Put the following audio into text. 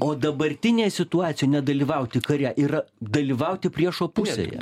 o dabartinėj situacijoj nedalyvauti kare yra dalyvauti priešo pusėje